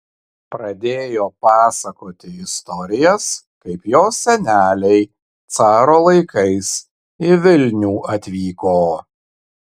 pradėjo pasakoti istorijas kaip jos seneliai caro laikais į vilnių atvyko